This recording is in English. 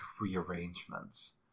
rearrangements